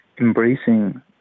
embracing